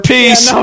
Peace